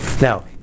Now